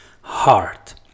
heart